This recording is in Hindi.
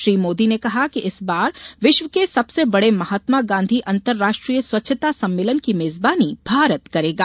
श्री मोदी ने कहा कि इस बार विश्व के सबसे बडे महात्मा गांधी अंतराष्ट्रीय स्वच्छता सम्मेलन की मेजबानी भारत करेगा